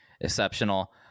exceptional